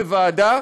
בוועדה,